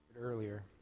earlier